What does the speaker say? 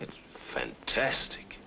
it's fantastic